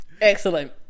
Excellent